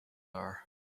are